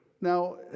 Now